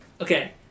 Okay